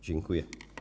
Dziękuję.